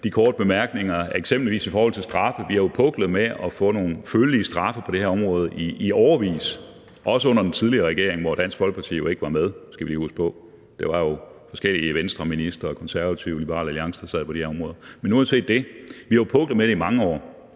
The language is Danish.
mine korte bemærkninger, eksempelvis i forhold til straffe. Vi har puklet med at få nogle mærkbare straffe på det her område i årevis, også under den tidligere regering, som Dansk Folkeparti ikke var med i, skal vi lige huske på. Det var jo forskellige ministre fra Venstre, Det Konservative Folkeparti og Liberal Alliance, der sad på de her områder. Men uanset det har vi puklet med det i mange år,